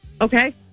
Okay